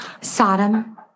Sodom